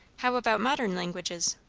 how about modern languages?